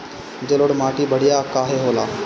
जलोड़ माटी बढ़िया काहे होला?